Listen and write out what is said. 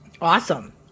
Awesome